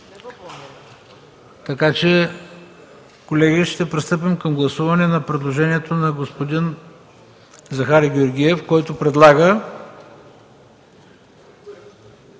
Колеги, ще пристъпим към гласуване на предложението на господин Захари Георгиев, който предлага